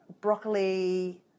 broccoli